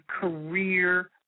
career